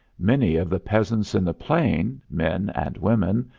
many of the peasants in the plain, men and women,